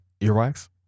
earwax